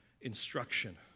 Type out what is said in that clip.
instruction